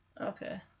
okay